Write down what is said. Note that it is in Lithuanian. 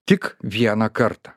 tik vieną kartą